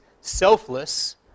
selfless